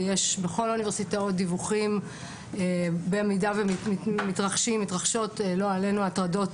ויש בכל האוניברסיטאות דיווחים במידה ומתרחשים לא עלינו הטרדות